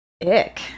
Ick